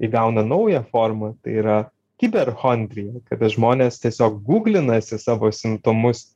įgauna naują formą tai yra kiberchondija kada žmonės tiesiog guglinasi savo simptomus